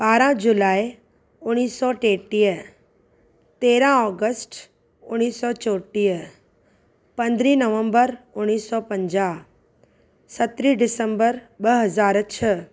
ॿाराह जुलाई उणवीह सौ टेटीह तेरहां ऑगस्ट उणवीह सौ चोटीह पंदरीं नवंबर उणवीह सौ पंजाहु सतरीं डिसम्बर ॿ हज़ारु छह